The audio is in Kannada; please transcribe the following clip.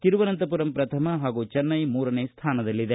ತಿರುವನಂತಪುರಂ ಪ್ರಥಮ ಹಾಗೂ ಚೆನ್ನೈ ಮೂರನೇ ಸ್ಥಾನದಲ್ಲಿದೆ